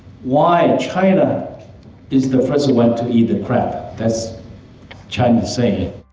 why china is the first one to eat the crab? that's chinese saying.